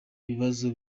ibibazo